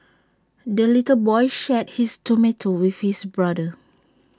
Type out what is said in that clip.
the little boy shared his tomato with his brother